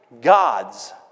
gods